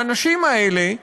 האנשים האלה,